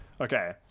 Okay